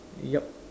yup